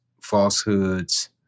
falsehoods